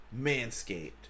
Manscaped